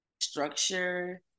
structure